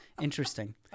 Interesting